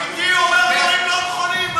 גברתי, הוא אומר דברים לא נכונים,